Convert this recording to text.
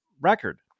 record